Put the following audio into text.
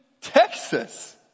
Texas